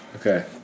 Okay